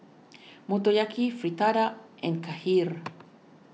Motoyaki Fritada and Kheer